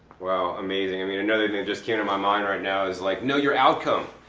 wow! amazing. i mean another thing just came into my mind right now is like know your outcome.